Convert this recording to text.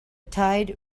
tide